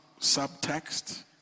subtext